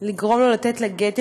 לגרום לו לתת לה גט.